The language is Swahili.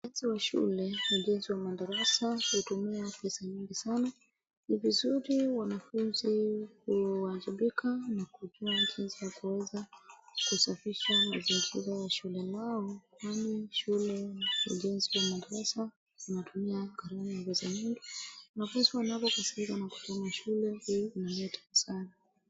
Ujenzi wa shule, ujenzi wa madarasa hutumia pesa nyingi sana. Ni vizuri wanafunzi uwajibika na kujua jinsi ya kuweza kusafisha mazingira ya shule lao, kwani shule na ujenzi wa madarasa vinatumia gharama kubwa sana. Wanafunzi wanapokosekana kutunza shule, hii huleta hasara.